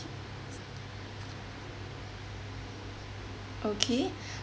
okay